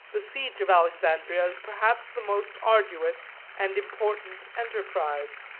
the siege of alexandria is perhaps the most arduous and important enterprise.